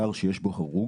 אתר שיש בו הרוג